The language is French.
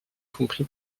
compris